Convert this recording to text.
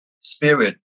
spirit